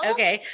Okay